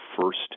first